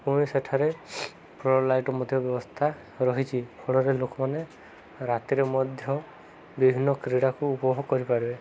ପୁଣି ସେଠାରେ flood light ମଧ୍ୟ ବ୍ୟବସ୍ଥା ରହିଛି ଫଳରେ ଲୋକମାନେ ରାତିରେ ମଧ୍ୟ ବିଭିନ୍ନ କ୍ରୀଡ଼ାକୁ ଉପଭୋଗ କରିପାରିବେ